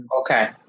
Okay